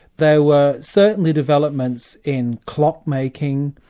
there were certainly developments in clock making,